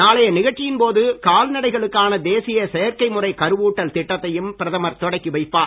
நாளைய நிகழ்ச்சியின் போது கால்நடைகளுக்கான தேசிய செயற்கை முறை கருவூட்டல் திட்டத்தையும் பிரதமர் தொடக்கி வைப்பார்